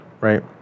right